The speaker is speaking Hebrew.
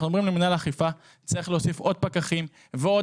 אנחנו אומרים למינהל האכיפה צריך להוסיף עוד פקחים ועוד